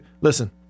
listen